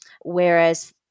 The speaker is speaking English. Whereas